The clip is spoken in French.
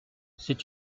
c’est